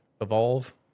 evolve